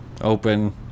open